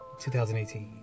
2018